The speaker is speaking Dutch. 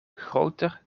groter